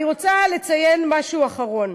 אני רוצה לציין משהו אחרון,